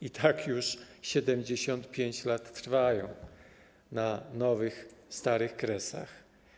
I tak już 75 lat trwają na nowych starych Kresach.